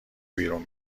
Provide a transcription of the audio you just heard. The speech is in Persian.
بیرون